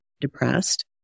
depressed